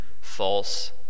false